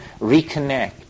reconnect